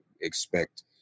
expect